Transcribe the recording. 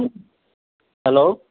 hello